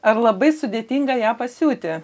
ar labai sudėtinga ją pasiūti